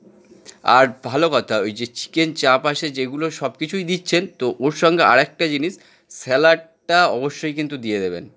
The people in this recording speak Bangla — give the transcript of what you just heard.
আর ভালো কথা ওই যে চিকেন চাপ আসে যেগুলো সব কিছুই দিচ্ছেন তো ওর সঙ্গে আর একটা জিনিস স্যালাডটা অবশ্যই কিন্তু দিয়ে দেবেন